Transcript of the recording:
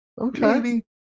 Okay